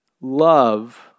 love